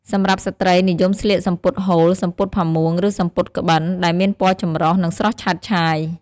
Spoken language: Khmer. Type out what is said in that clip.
សម្រាប់ស្ត្រី និយមស្លៀកសំពត់ហូល សំពត់ផាមួង ឬសំពត់ក្បិន ដែលមានពណ៌ចម្រុះ និងស្រស់ឆើតឆាយ។